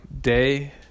day